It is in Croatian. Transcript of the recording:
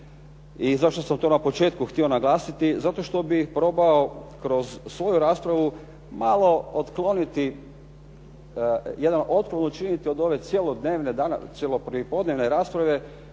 i zašto sam to na početku htio naglasiti. Zato što bih probao kroz svoju raspravu malo otkloniti, jedan otklon učiniti od ove cjelodnevne, cijelo prijepodnevne rasprave